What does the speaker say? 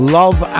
love